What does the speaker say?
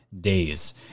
Days